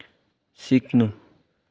सिक्नु